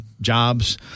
jobs